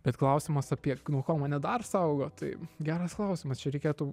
bet klausimas apie nuo ko mane dar saugo tai geras klausimas čia reikėtų